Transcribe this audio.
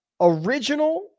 original